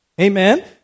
Amen